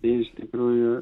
tai iš tikrųjų